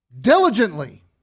diligently